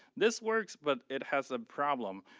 this works but it has a problem,